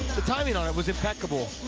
the timing on it was impeccable.